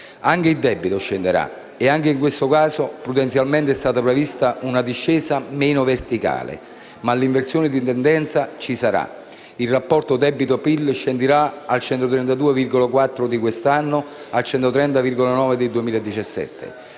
Anche il debito scenderà e anche in questo caso, prudenzialmente, è stata prevista una discesa meno verticale, ma l'inversione di tendenza ci sarà: il rapporto debito/PIL scenderà al 132,4 per cento quest'anno e al 130,9 per